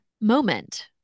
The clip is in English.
moment